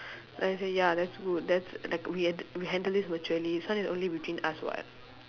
then I say ya that's good that's like we ad~ we handle this maturely this one is only between us [what]